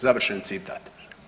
Završen citat.